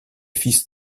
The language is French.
fils